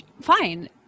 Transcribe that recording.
fine